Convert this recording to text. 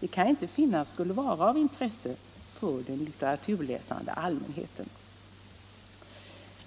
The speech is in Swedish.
Det kan jag inte finna skulle vara ett intresse för den litteraturläsande allmänheten.